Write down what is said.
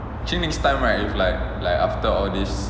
actually next time right if like after all this